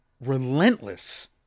relentless